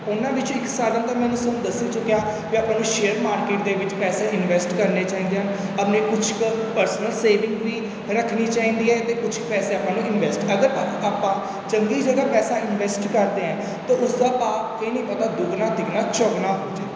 ਉਨ੍ਹਾਂ ਵਿੱਚ ਇੱਕ ਸਾਧਨ ਤਾਂ ਮੈਂ ਤੁਹਾਨੂੰ ਦੱਸ ਹੀ ਚੁੱਕਿਆ ਕਿ ਆਪਾਂ ਨੂੰ ਸ਼ੇਅਰ ਮਾਰਕੀਟ ਦੇ ਵਿੱਚ ਪੈਸੇ ਇਨਵੈਸਟ ਕਰਨੇ ਚਾਹੀਦੇ ਹਨ ਆਪਣੀ ਕੁਛ ਕੁ ਪਰਸਨਲ ਸੇਵਿੰਗ ਵੀ ਰੱਖਣੀ ਚਾਹੀਦੀ ਹੈ ਅਤੇ ਕੁਛ ਪੈਸੇ ਆਪਾਂ ਨੂੰ ਇਨਵੈਸਟ ਅਗਰ ਆਪਾਂ ਚੰਗੀ ਜਗ੍ਹਾ ਪੈਸਾ ਇਨਵੈਸਟ ਕਰਦੇ ਹਾਂ ਤਾਂ ਉਸਦਾ ਭਾਅ ਇਹ ਨਹੀਂ ਪਤਾ ਦੁੱਗਣਾ ਤਿੱਗਣਾ ਚੋਗਣਾ ਹੋ ਜਾਵੇ